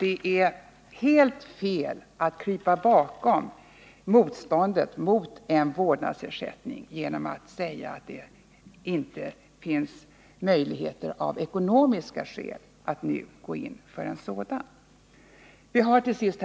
Det är alltså helt fel att motivera motståndet mot en vårdnadsersättning med att det inte finns ekonomiska möjligheter att nu gå in för en sådan ersättning.